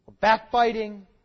backbiting